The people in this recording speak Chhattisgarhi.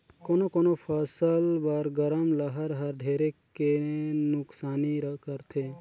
कोनो कोनो फसल बर गरम लहर हर ढेरे के नुकसानी करथे